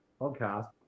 podcast